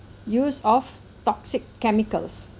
use of toxic chemicals